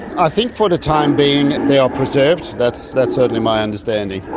i think for the time being they are preserved, that's that's certainly my understanding.